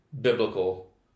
biblical